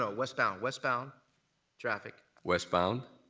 ah westbound westbound traffic. westbound.